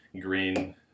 Green